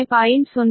0683 p